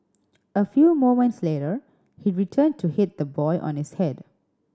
a few moments later he returned to hit the boy on his head